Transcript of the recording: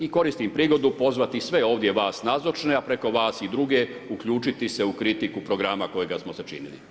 I koristim prigodu pozvati sve ovdje vas nazočne a preko vas i druge uključiti se u kritiku programa kojega smo sačinili.